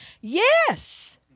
Yes